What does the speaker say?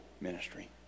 Ministry